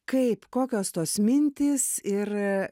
kaip kokios tos mintys ir